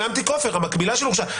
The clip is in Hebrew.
המקבילה של הורשע.